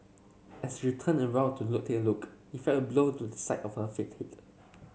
as she turned around to take a look if felt a blow to the side of her